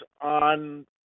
on